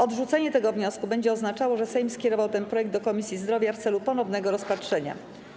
Odrzucenie tego wniosku będzie oznaczało, że Sejm skierował ten projekt do Komisji Zdrowia w celu ponownego rozpatrzenia.